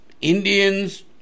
Indians